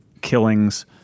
killings